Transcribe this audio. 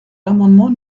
l’amendement